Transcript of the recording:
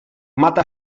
mata